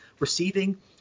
receiving